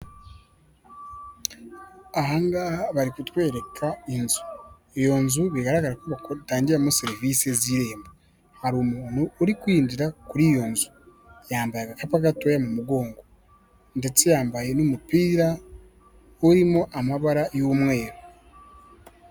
Aha bari kutwereka inzu, iyo nzu bigaragara ko batangiramo serivise z'irembo, hari umuntu uri kwinjira kuri iyo nzu, yambaye agakapa gatoya mu mugongo ndetse yambaye n'umupira urimo amabara y'umweru.